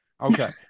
Okay